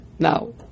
Now